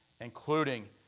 including